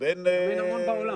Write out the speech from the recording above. גם אין המון בעולם.